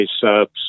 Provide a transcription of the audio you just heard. Subs